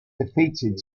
defeated